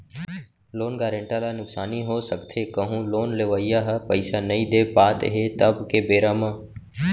loan guarantor ल नुकसानी हो सकथे कहूँ लोन लेवइया ह पइसा नइ दे पात हे तब के बेरा म